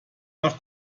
nach